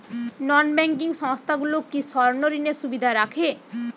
নন banking সংস্থাগুলো কি স্বর্ণঋণের সুবিধা রাখে?